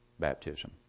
baptism